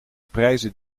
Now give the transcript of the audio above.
prijzen